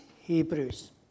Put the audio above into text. Hebrews